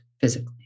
physically